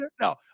No